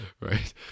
Right